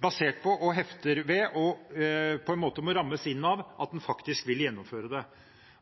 basert på, hefter ved og må på en måte rammes inn av at en faktisk vil gjennomføre det.